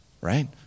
Right